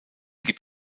gibt